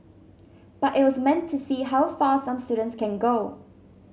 but it was meant to see how far some students can go